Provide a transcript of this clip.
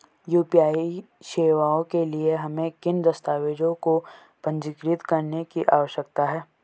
UPI सेवाओं के लिए हमें किन दस्तावेज़ों को पंजीकृत करने की आवश्यकता है?